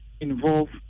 involved